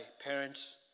parents